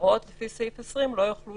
ההוראות לפי סעיף 20 לא יוכלו